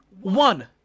one